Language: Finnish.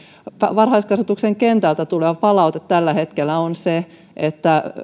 varhaiskasvatuksen kentältä tulee tällä hetkellä sellaista palautetta että